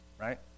Right